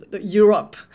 Europe